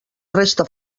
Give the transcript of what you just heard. resta